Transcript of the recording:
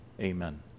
Amen